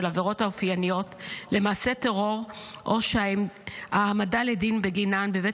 עבירות האופייניות למעשה טרור או שההעמדה לדין בגינן בבית